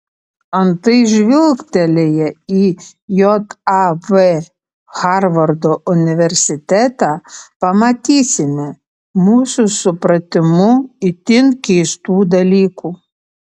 antai žvilgtelėję į jav harvardo universitetą pamatysime mūsų supratimu itin keistų dalykų